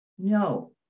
No